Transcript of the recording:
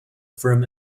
firm